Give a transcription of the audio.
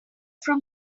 from